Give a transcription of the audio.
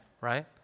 right